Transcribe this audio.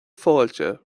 fáilte